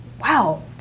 wow